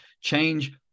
change